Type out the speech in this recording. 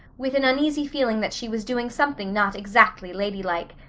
with an uneasy feeling that she was doing something not exactly ladylike.